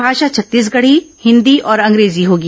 भाषा छत्तीसगढ़ी हिन्दी और अंग्रेजी होगी